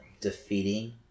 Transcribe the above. defeating